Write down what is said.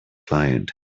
client